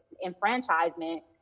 enfranchisement